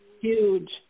huge